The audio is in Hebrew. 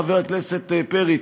חבר הכנסת פרי,